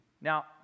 Now